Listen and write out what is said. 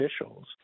officials